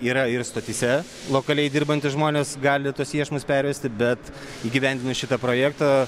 yra ir stotyse lokaliai dirbantys žmonės gali tuos iešmus pervesti bet įgyvendinus šitą projektą